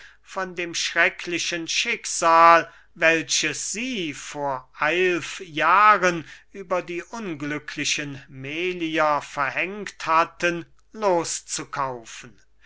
von dem schrecklichen schicksal welches sie vor eilf jahren über die unglücklichen melier verhängt hatten